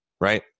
right